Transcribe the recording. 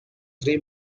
three